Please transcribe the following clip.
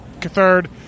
third